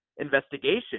investigation